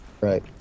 Right